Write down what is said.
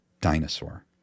dinosaur